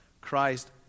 Christ